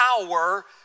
power